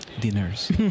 Dinners